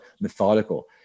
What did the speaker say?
methodical